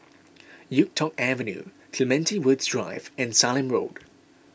Yuk Tong Avenue Clementi Woods Drive and Sallim Road